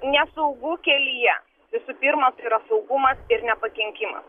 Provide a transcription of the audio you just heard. nesaugu kelyje visų pirma tai yra saugumas ir nepakenkimas